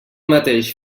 mateix